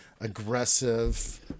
aggressive